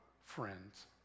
friends